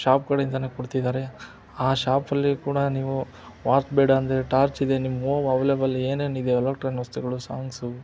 ಶಾಪ್ಗಳಿಂದನೇ ಕೊಡ್ತಿದ್ದಾರೆ ಆ ಶಾಪಲ್ಲಿ ಕೂಡ ನೀವು ವಾಚ್ ಬೇಡಾಂದರೆ ಟಾರ್ಚ್ ಇದೆ ನಿಮ್ಮವು ಅವೈಲೇಬಲ್ ಏನೇನಿದೆ ಎಲೋಕ್ಟ್ರೋನ್ ವಸ್ತುಗಳು ಸಾಂಗ್ಸು